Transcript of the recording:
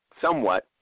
somewhat